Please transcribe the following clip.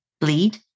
bleed